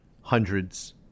hundreds